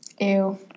Ew